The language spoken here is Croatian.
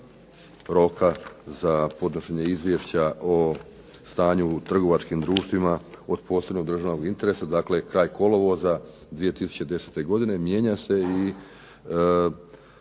roka za podnošenje Izvješća o stanju u trgovačkim društvima od posebnog državnog interesa, dakle kraj kolovoza 2010. godine mijenja se i